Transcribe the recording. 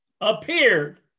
appeared